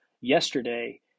yesterday